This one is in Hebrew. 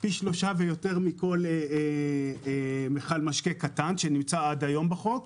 פי שלושה ויותר מכול מכל משקה קטן שנמצא עד היום בחוק.